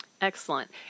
Excellent